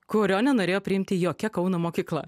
kurio nenorėjo priimti jokia kauno mokykla